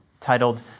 titled